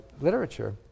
literature